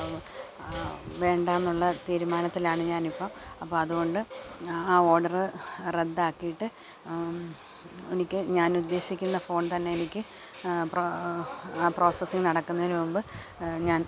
വേണ്ടാന്നുള്ള തീരുമാനത്തിലാണ് ഞാനിപ്പം അപ്പം അതുകൊണ്ട് ആ ഓഡറ് റദ്ധാക്കിയിട്ട് എനിക്ക് ഞാനുദ്ദേശിക്കുന്ന ഫോൺ തന്നെ എനിക്ക് ആ പ്രോസസ്സിങ് നടക്കുന്നതിന് മുമ്പ് ഞാൻ